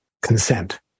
consent